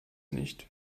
nicht